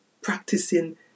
practicing